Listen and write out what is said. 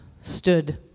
stood